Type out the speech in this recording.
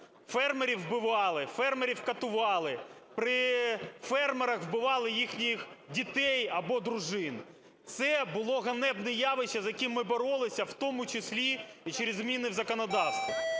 фермерів вбивали, фермерів катували, при фермерах вбивали їхніх дітей або дружин. Це було ганебне явище, з яким ми боролися, в тому числі і через зміни в законодавстві.